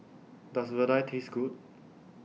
Does Vadai Taste Good